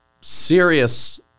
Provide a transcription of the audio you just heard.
serious